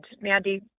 Mandy